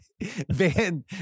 Van